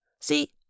See